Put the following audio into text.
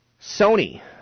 Sony